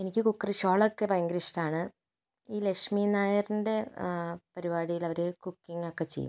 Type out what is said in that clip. എനിക്ക് കുക്കറി ഷോകളൊക്കെ ഭയങ്കര ഇഷ്ടമാണ് ഈ ലക്ഷ്മി നായറിൻ്റെ പരിപാടിയില് അവര് കുക്കിംഗ് ഒക്കെ ചെയ്യും